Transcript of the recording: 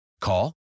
Call